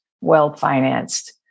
well-financed